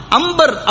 amber